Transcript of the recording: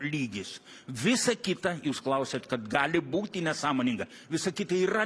lygis visa kita jūs klausiat kad gali būti nesąmoninga visa kita yra